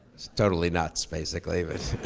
it's totally nuts, basically but